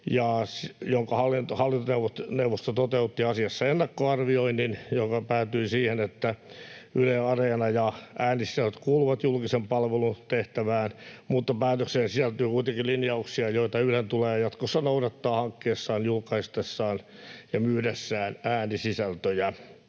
Hallintoneuvosto toteutti asiassa ennakkoarvioinnin, joka päätyi siihen, että Yle Areena ja äänisisällöt kuuluvat julkisen palvelun tehtävään, mutta päätökseen sisältyy kuitenkin linjauksia, joita Ylen tulee jatkossa noudattaa hankkiessaan, julkaistessaan ja myydessään äänisisältöjä.